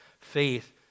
faith